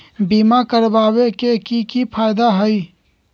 बीमा करबाबे के कि कि फायदा हई?